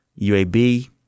UAB